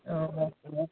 అవునవును